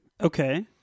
Okay